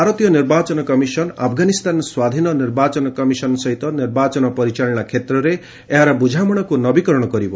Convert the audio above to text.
ଭାରତୀୟ ନିର୍ବାଚନ କମିଶନ ଆଫଗାନିସ୍ଥାନ ସ୍ୱାଧୀନ ନିର୍ବାଚନ କମିଶନ ସହିତ ନିର୍ବାଚନ ପରିଚାଳନା କ୍ଷେତ୍ରରେ ଏହାର ବୁଝାମଣାକୁ ନବୀକରଣ କରିବ